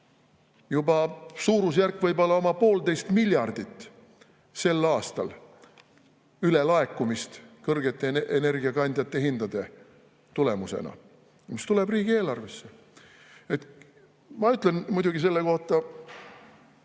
Juba suurusjärk võib olla oma poolteist miljardit sel aastal ülelaekumist kõrgete energiakandjate hindade tulemusena, mis tuleb riigieelarvesse. Ma muidugi ütlen selle kohta,